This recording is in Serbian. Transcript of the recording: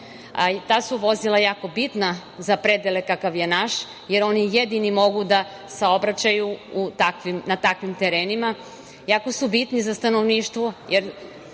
Ta su vozila jako bitna za predele kakav je naš, jer oni jedini mogu da saobraćaju na takvim terenima, jako su bitni za stanovništvo,